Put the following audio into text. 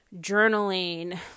journaling